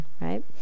Right